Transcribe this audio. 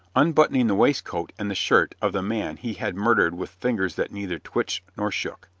unbuttoning the waistcoat and the shirt of the man he had murdered with fingers that neither twitched nor shook.